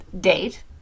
date